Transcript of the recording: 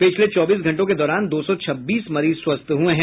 पिछले चौबीस घंटों के दौरान दो सौ छब्बीस मरीज स्वस्थ हुये है